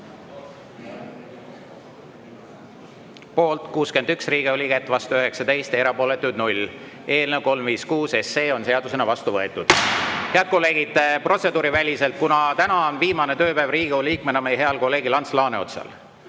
Poolt 61 Riigikogu liiget, vastu 19, erapooletuid 0. Eelnõu 356 on seadusena vastu võetud. Head kolleegid, protseduuriväliselt: kuna täna on viimane tööpäev Riigikogu liikmena meie heal kolleegil Ants Laaneotsal